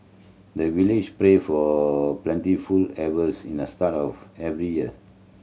the village pray for plentiful harvest in the start of every year